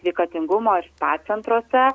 sveikatingumo ir spa centruose